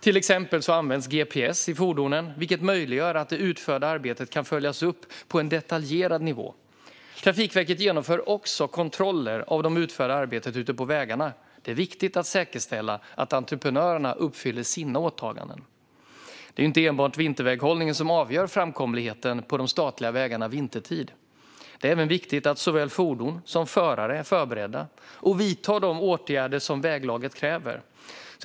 Till exempel används gps i fordonen, vilket möjliggör att det utförda arbetet kan följas upp på en detaljerad nivå. Trafikverket genomför också kontroller av det utförda arbetet ute på vägarna. Det är viktigt att säkerställa att entreprenörerna uppfyller sina åtaganden. Det är inte enbart vinterväghållningen som avgör framkomligheten på de statliga vägarna vintertid. Det är även viktigt att såväl fordon som förare är förberedda och vidtar de åtgärder som väglaget kräver.